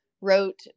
wrote